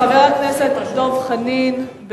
חבר הכנסת דב חנין.